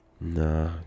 Nah